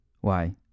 Why